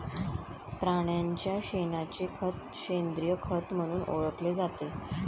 प्राण्यांच्या शेणाचे खत सेंद्रिय खत म्हणून ओळखले जाते